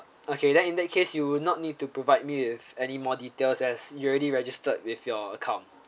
okay then in that case you will not need to provide me with any more details as you already registered with your account